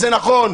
זה נכון,